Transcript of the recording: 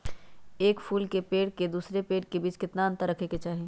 एक फुल के पेड़ के दूसरे पेड़ के बीज केतना अंतर रखके चाहि?